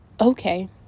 okay